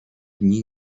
dni